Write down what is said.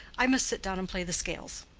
i must sit down and play the scales.